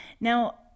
Now